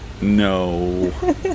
No